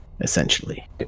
Essentially